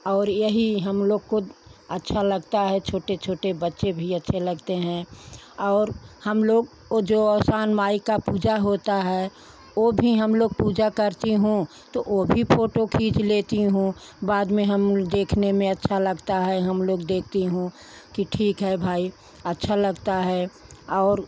और यही हम लोग को अच्छा लगता है छोटे छोटे बच्चे भी अच्छे लगते हैं और हम लोग ओ जो आसान माई का पूजा होता है ओ भी हम लोग पूजा करती हूँ तो ओ भी फोटो खींच लेती हूँ बाद में हम देखने में अच्छा लगता है हम लोग देखती हूँ कि ठीक है भाई अच्छा लगता है और